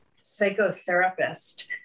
psychotherapist